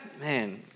Man